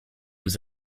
was